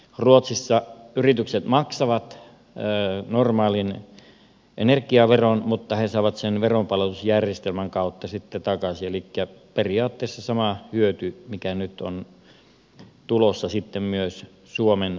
ruotsissa yritykset maksavat normaalin energiaveron mutta he saavat sen veronpalautusjärjestelmän kautta sitten takaisin elikkä periaatteessa saman hyödyn mikä nyt on tulossa sitten myös suomen konesaleille